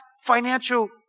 financial